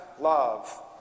love